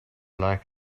lack